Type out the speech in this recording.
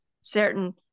certain